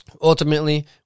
ultimately